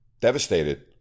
Devastated